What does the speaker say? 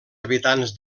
habitants